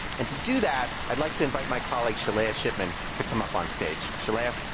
and to do that, i'd like to invite my colleague, shalaya shipman, to come up on stage. shalaya.